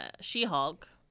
She-Hulk